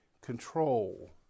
control